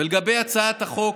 ולגבי הצעת החוק,